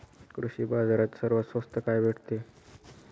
कृषी बाजारात सर्वात स्वस्त काय भेटते?